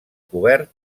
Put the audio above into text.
cobert